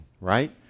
Right